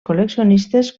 col·leccionistes